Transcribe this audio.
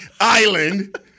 Island